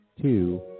Two